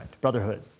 brotherhood